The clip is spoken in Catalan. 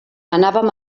anàvem